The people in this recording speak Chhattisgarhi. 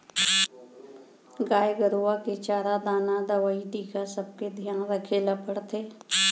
गाय गरूवा के चारा दाना, दवई, टीका सबके धियान रखे ल परथे